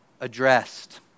addressed